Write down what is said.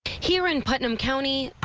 here in putnam county